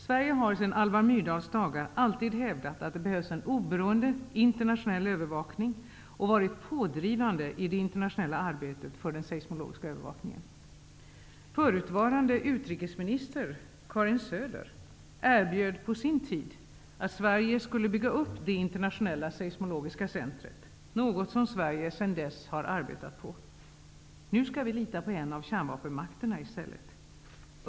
Sverige har sedan Alva Myrdahls dagar alltid hävdat att det behövs en oberoende internationell övervakning och varit pådrivande i det internationella arbetet för den seismologiska övervakningen. Förutvarande utrikesministern Karin Söder erbjöd på sin tid att Sverige skulle bygga upp det internationella seismologiska centret, något som Sverige sedan dess arbetat på. Nu skall vi lita på en av kärnvapenmakterna i stället!